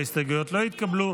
ההסתייגויות לא התקבלו.